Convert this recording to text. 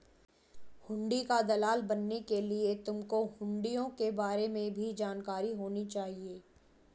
हुंडी का दलाल बनने के लिए तुमको हुँड़ियों के बारे में भी जानकारी होनी चाहिए